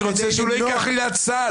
אני רוצה שהוא לא ייקח עילת סל.